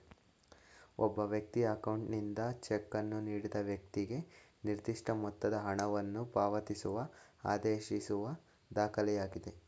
ಒಬ್ಬ ವ್ಯಕ್ತಿಯ ಅಕೌಂಟ್ನಿಂದ ಚೆಕ್ ಅನ್ನು ನೀಡಿದ ವೈಕ್ತಿಗೆ ನಿರ್ದಿಷ್ಟ ಮೊತ್ತದ ಹಣವನ್ನು ಪಾವತಿಸುವ ಆದೇಶಿಸುವ ದಾಖಲೆಯಾಗಿದೆ